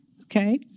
Okay